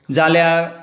जाल्यार